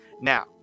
Now